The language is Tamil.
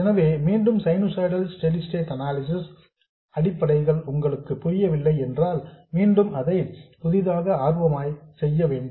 எனவே மீண்டும் சைனுசாய்டல் ஸ்டெடி ஸ்டேட் அனாலிசிஸ் ன் அடிப்படைகள் உங்களுக்கு புரியவில்லை என்றால் மீண்டும் அதை புதிதாக ஆர்வமாக செய்ய வேண்டும்